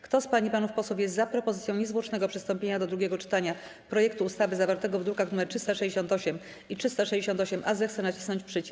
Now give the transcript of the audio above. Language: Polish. Kto z pań i panów posłów jest za propozycją niezwłocznego przystąpienia do drugiego czytania projektu ustawy zawartego w drukach nr 368 i 368-A, zechce nacisnąć przycisk.